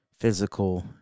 physical